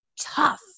tough